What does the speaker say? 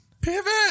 Pivot